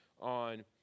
on